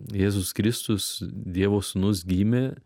jėzus kristus dievo sūnus gimė